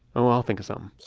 oh, i'll think of so um